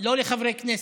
לא לחברי כנסת,